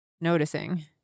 noticing